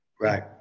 Right